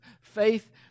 Faith